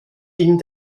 ihn